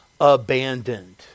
abandoned